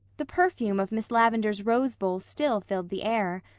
the perfume of miss lavendar's rose bowl still filled the air.